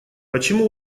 почему